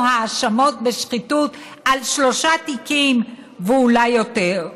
האשמות בשחיתות על שלושה תיקים ואולי יותר,